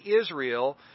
Israel